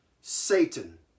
Satan